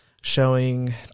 showing